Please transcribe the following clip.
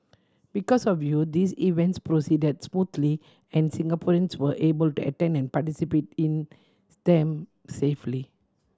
because of you these events proceeded smoothly and Singaporeans were able to attend and participate in them safely